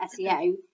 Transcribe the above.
SEO